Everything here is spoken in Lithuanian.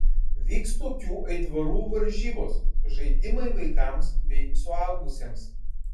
vyks tokių aitvarų varžybos žaidimai vaikams bei suaugusiems